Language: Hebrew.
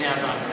בדיוני הוועדה.